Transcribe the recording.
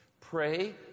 Pray